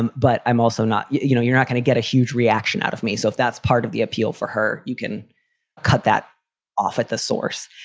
and but i'm also not you know, you're not gonna get a huge reaction out of me. so if that's part of the appeal for her, you can cut that off at the source.